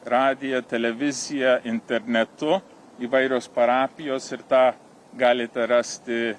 radiją televiziją internetu įvairios parapijos ir tą galite rasti